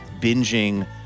binging